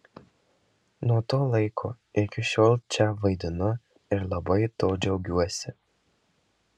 nuo to laiko iki šiol čia vaidinu ir labai tuo džiaugiuosi